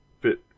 fit